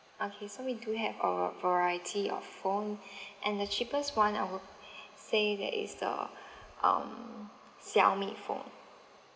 okay so we do have our variety of phone and the cheapest one I would say that is the um Xiaomi phone